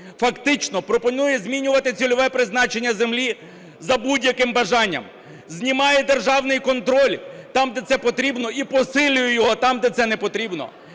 фактично пропонує змінювати цільове призначення землі за будь-яким бажання, знімає державний контроль там, де це потрібно і посилює його там, де це не потрібно.